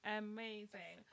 amazing